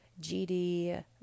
GD